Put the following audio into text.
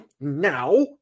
now